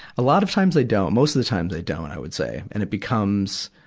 a lot of times, they don't. most of the time, they don't, i would say. and it becomes,